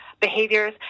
behaviors